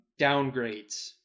downgrades